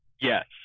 Yes